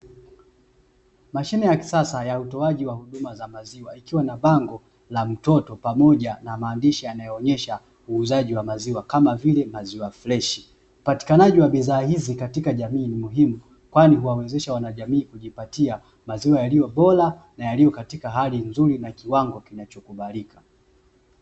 Duka moja la maziwa linaloonekana sehemu ya nje ,lilionesha jokofu la kisanii lenye maandishi ya kuvutia pamoja na alama za kibiashara, zinazotoa na na maziwa kama vile siagi mtindi na jibini.